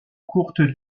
courte